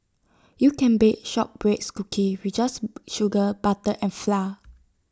you can bake shortbread cookie with just sugar butter and flour